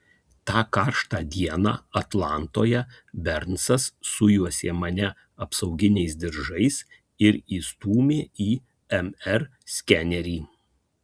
tą karštą dieną atlantoje bernsas sujuosė mane apsauginiais diržais ir įstūmė į mr skenerį